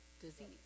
disease